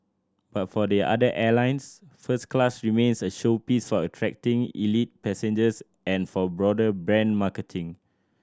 but for the other airlines first class remains a showpiece for attracting elite passengers and for broader brand marketing